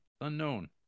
unknown